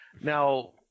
now